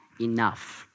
enough